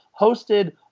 hosted